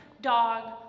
dog